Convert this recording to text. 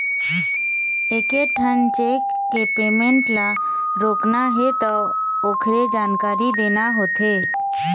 एकेठन चेक के पेमेंट ल रोकना हे त ओखरे जानकारी देना होथे